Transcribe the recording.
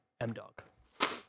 M-Dog